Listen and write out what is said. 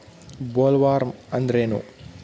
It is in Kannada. ಬೊಲ್ವರ್ಮ್ ಅಂದ್ರೇನು?